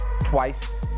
twice